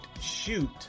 Shoot